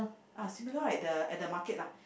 are similar like the at market lah